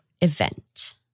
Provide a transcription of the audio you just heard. event